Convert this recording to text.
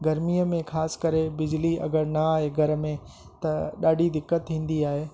गर्मीअ में ख़ासि करे बिजली अगरि न आहे घर में त ॾाढी दिक़तु थींदी आहे